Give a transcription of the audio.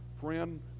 friend